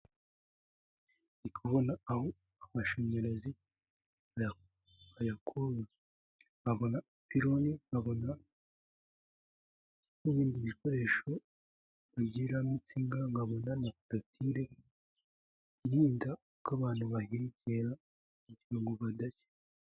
Ndi kubona aho amashanyarazi bayakururira, nkabona ipironi, nkabona nk'ibindi bikoresho binyuramo insinga, nkabona korotire irinda ko abantu bahegera kugira ngo badashya.